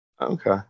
Okay